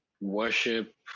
worship